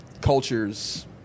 culture's